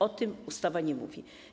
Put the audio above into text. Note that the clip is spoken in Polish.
O tym ustawa nie mówi.